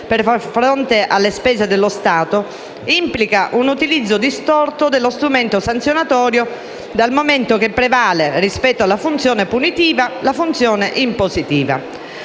far fronte a spese dello Stato, implica un utilizzo distorto dello strumento sanzionatorio dal momento che prevale, rispetto alla funzione punitiva, la finalità impositiva.